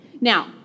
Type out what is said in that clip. Now